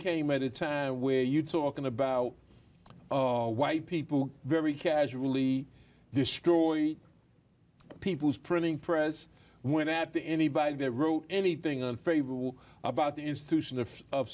came at a time where you talking about white people very casually destroy people's printing press went at the anybody that wrote anything unfavorable about the institution of